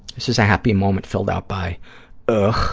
this is a happy moment filled out by ugh.